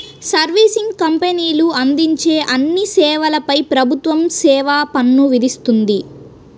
servicing కంపెనీలు అందించే అన్ని సేవలపై ప్రభుత్వం సేవా పన్ను విధిస్తుంది